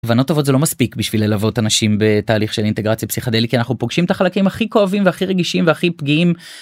בנות טובות זה לא מספיק בשביל ללוות את הנשים בתהליך של אינטגרציה פסיכדלית אנחנו פוגשים את החלקים הכי כואבים הכי רגישים הכי פגיעים.